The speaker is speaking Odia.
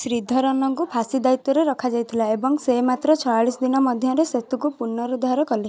ଶ୍ରୀଧରନଙ୍କୁ ଫାଶୀ ଦାୟିତ୍ୱରେ ରଖାଯାଇଥିଲା ଏବଂ ସେ ମାତ୍ର ଛୟାଲିଶ ଦିନ ମଧ୍ୟରେ ସେତୁକୁ ପୁନରୁଦ୍ଧାର କରିଥିଲେ